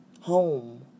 home